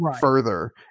further